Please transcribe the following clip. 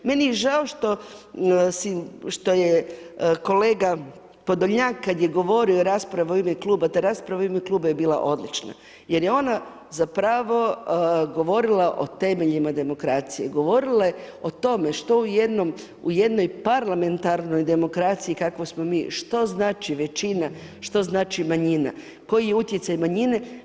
Meni je žao što je kolega Podolnjak kad je govorio u raspravi u ime kluba, ta rasprava u ime kluba je bila odlična jer je ona zapravo govorila o temeljima demokracije, govorila je o tome što u jednoj parlamentarnoj demokraciji u kakvoj smo mi, što znači većina, što znači manjina, koji je utjecaj manjine.